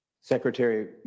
Secretary